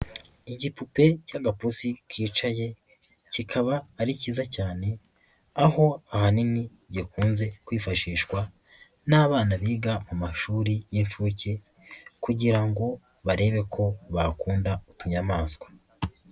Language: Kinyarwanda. Igipupe cy'agaputi kicaye kikaba ari cyiza cyane, aho ahanini yakunze kwifashishwa n'abana biga mu mashuri y'inshuke kugira ngo barebe ko bakunda utunyamaswa.